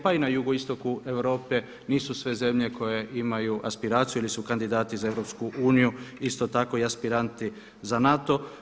Pa i na jugoistoku Europe nisu sve zemlje koje imaju aspiraciju ili su kandidati za EU isto tako i aspiranti za NATO.